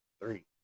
three